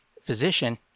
physician